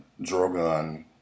Drogon